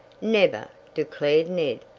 never! declared ned.